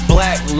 Black